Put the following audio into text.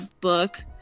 book